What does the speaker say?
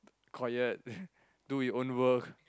quiet do your own work